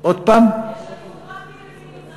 יש אלימות רק מנתינים זרים?